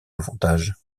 avantage